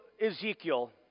Ezekiel